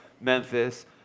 Memphis